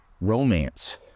romance